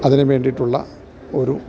അതിനു വേണ്ടിയിട്ടുള്ള ഒരു